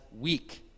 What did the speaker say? week